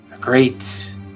great